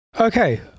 Okay